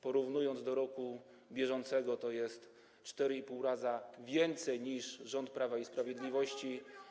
Porównując do roku bieżącego, to jest 4,5 razy więcej niż rząd Prawa i Sprawiedliwości.